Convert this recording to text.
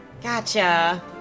Gotcha